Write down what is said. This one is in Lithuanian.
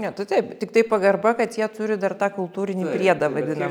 ne tai taip tiktai pagarba kad jie turi dar tą kultūrinį priedą vadinamą